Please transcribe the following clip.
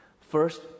First